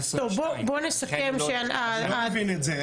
2022. לכן --- אני לא מבין את זה,